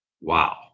wow